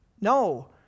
no